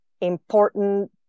important